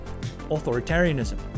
authoritarianism